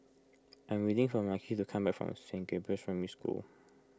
I am waiting for Marquis to come back from Saint Gabriel's Primary School